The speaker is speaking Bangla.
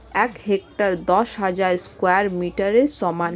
এক হেক্টার দশ হাজার স্কয়ার মিটারের সমান